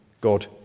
God